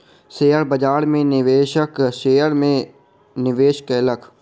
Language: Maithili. शेयर बाजार में निवेशक शेयर में निवेश कयलक